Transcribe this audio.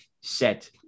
Set